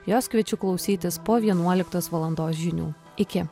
jos kviečiu klausytis po vienuoliktos valandos žinių iki